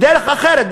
בדרך אחרת,